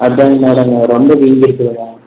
அதுதாங்க மேடம் ரொம்ப வீங்கியிருக்குது